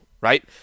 right